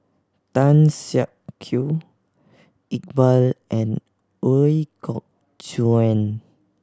Tan Siak Kew Iqbal and Ooi Kok Chuen